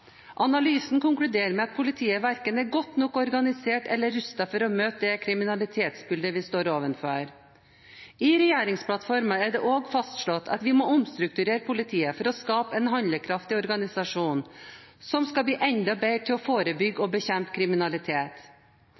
Analysen konkluderer med at politiet verken er godt nok organisert eller rustet for å møte det kriminalitetsbildet vi står overfor. I regjeringsplattformen er det også fastslått at vi må omstrukturere politiet for å skape en handlekraftig organisasjon som skal bli enda bedre til å forebygge og bekjempe kriminalitet.